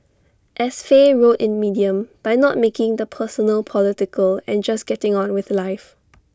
as Faye wrote in medium by not making the personal political and just getting on with life